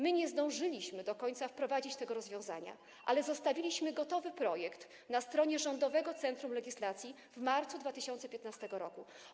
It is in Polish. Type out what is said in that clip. My nie zdążyliśmy do końca wprowadzić tego rozwiązania, ale zostawiliśmy gotowy projekt na stronie Rządowego Centrum Legislacji w marcu 2015 r.